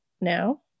now